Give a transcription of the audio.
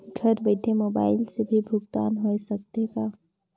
घर बइठे मोबाईल से भी भुगतान होय सकथे का?